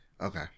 Okay